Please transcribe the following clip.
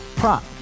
Prop